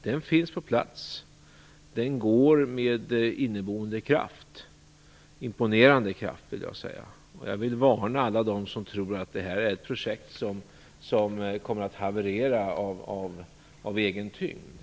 Den finns på plats och den går med en inneboende kraft - ja, med en imponerande kraft. Jag vill varna alla som tror att det här är ett projekt som kommer att haverera av egen tyngd.